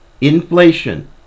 inflation